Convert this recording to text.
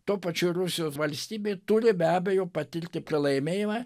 tuo pačiu ir rusijos valstybė turi be abejo patirti pralaimėjimą